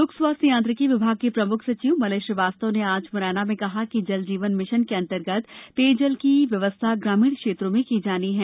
लोक स्वास्थ्य यांत्रिकी विभाग के प्रमुख सचिव मलय श्रीवास्तव ने आज मुरैना में कहा कि जल जीवन मिशन के अन्तर्गत पेयजल की व्यवस्था ग्रामीण क्षेत्रों में की जानी है